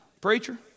Preacher